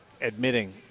admitting